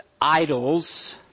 idols